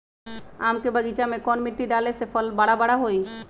आम के बगीचा में कौन मिट्टी डाले से फल बारा बारा होई?